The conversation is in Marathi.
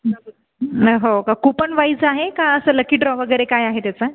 हो का कुपन वाईस आहे का असं लकी ड्रॉ वगैरे काय आहे त्याचा